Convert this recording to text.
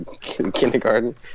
kindergarten